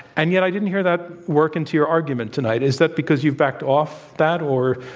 and yet, i didn't hear that work into your argument tonight. is that because you've backed off that, or